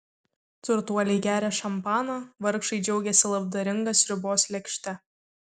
turtuoliai geria šampaną vargšai džiaugiasi labdaringa sriubos lėkšte